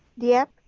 diep,